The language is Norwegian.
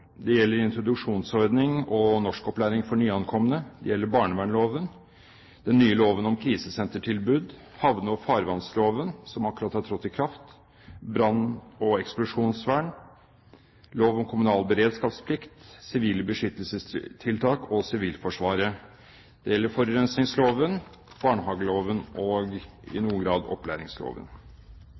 introduksjonsordning og norskopplæring for nyankomne innvandrere, barnevernloven, den nye loven om krisesentertilbud, havne- og farvannsloven – som akkurat har trådt i kraft – brann- og eksplosjonsvernloven, lov om kommunal beredskapsplikt, sivile beskyttelsestiltak og sivilforsvaret, forurensningsloven, barnehageloven og – i noen grad – opplæringsloven.